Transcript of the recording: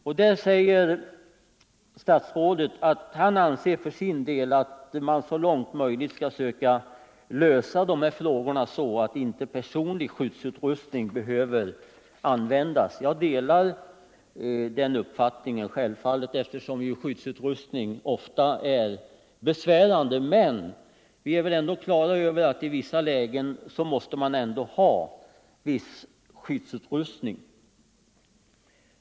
Om detta säger statsrådet att han för sin del anser att man så långt möjligt skall söka lösa dessa problem så att inte personlig skyddsutrustning behöver användas. Jag delar självfallet hans uppfattning eftersom skyddsutrustning ofta är besvärande. Men vi är väl ändå på det klara med att man i vissa lägen måste ha viss skyddsutrustning.